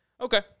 okay